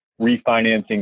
refinancing